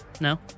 no